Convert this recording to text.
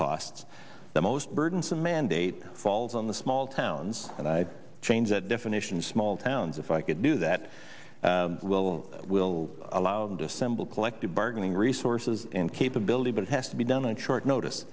costs the most burdensome mandate falls on the small towns and i change that definition small towns if i could do that will allow them to assemble collective bargaining resources and capability but it has to be done on short notice